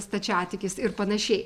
stačiatikis ir panašiai